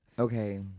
Okay